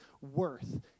worth